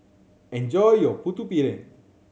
enjoy your Putu Piring